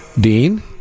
Dean